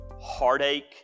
heartache